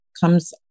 comes